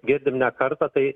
girdim ne kartą tai